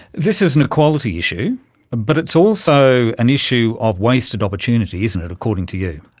this is an equality issue but it's also an issue of wasted opportunity, isn't it, according to you.